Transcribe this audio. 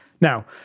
Now